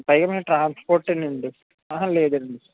పైగా ట్రాన్స్పోర్టేనండి ఆ హ లేదండీ